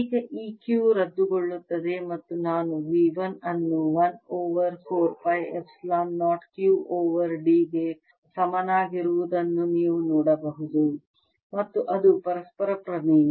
ಈಗ ಈ Q ರದ್ದುಗೊಳ್ಳುತ್ತದೆ ಮತ್ತು ನಾನು V 1 ಅನ್ನು 1 over 4 pi epsilon 0 Q over d ಗೆ ಸಮನಾಗಿರುವುದನ್ನು ನೀವು ನೋಡಬಹುದು ಮತ್ತು ಅದು ಪರಸ್ಪರ ಪ್ರಮೇಯ